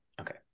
Okay